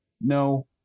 no